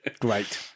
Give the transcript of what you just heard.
Great